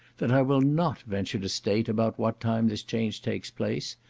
that i will not venture to state about what time this change takes place,